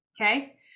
okay